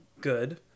Good